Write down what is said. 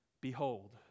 Behold